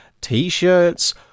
t-shirts